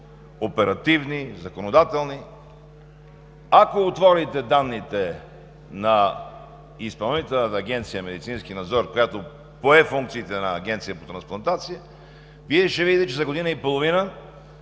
оперативни, законодателни. Ако отворите данните на Изпълнителна агенция „Медицински надзор“, която пое функциите на Агенцията по трансплантации, Вие ще видите, че за година и половина